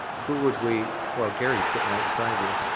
who would we, well gary is sitting right beside you.